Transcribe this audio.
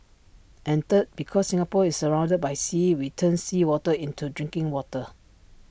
and third because Singapore is surrounded by sea we turn seawater into drinking water